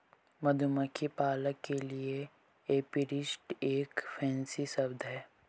मधुमक्खी पालक के लिए एपीरिस्ट एक फैंसी शब्द है